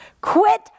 quit